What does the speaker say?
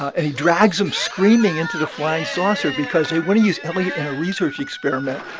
and he drags him screaming into the flying saucer because they want to use elliott research experiment.